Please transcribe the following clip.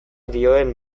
dioen